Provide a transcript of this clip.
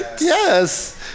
Yes